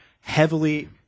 heavily